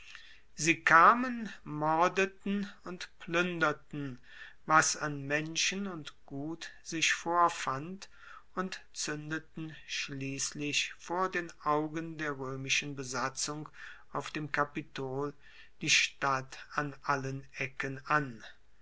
sie kamen mordeten und pluenderten was an menschen und gut sich vorfand und zuendeten schliesslich vor den augen der roemischen besatzung auf dem kapitol die stadt an allen ecken an